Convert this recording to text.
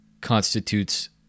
constitutes